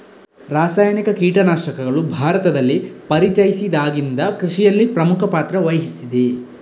ರಾಸಾಯನಿಕ ಕೀಟನಾಶಕಗಳು ಭಾರತದಲ್ಲಿ ಪರಿಚಯಿಸಿದಾಗಿಂದ ಕೃಷಿಯಲ್ಲಿ ಪ್ರಮುಖ ಪಾತ್ರ ವಹಿಸಿದೆ